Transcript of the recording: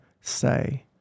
say